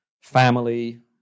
family